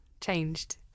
changed